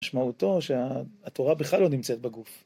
משמעותו שהתורה בכלל לא נמצאת בגוף.